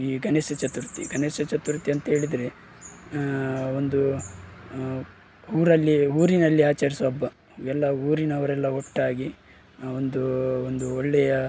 ಈ ಗಣೇಶ ಚತುರ್ಥಿ ಗಣೇಶ ಚತುರ್ಥಿ ಅಂಥೇಳಿದ್ರೆ ಒಂದು ಊರಲ್ಲಿ ಊರಿನಲ್ಲಿ ಆಚರಿಸುವ ಅಬ್ಬ ಎಲ್ಲ ಊರಿನವರೆಲ್ಲ ಒಟ್ಟಾಗಿ ಒಂದು ಒಂದು ಒಳ್ಳೆಯ